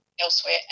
elsewhere